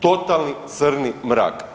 Totalni crni mrak.